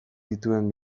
dituen